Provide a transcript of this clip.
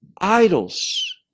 idols